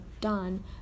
done